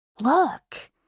Look